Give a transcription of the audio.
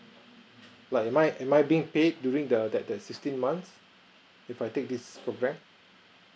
like am I am I being paid during the that the sixteen months if I take this programme